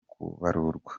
kubarurwa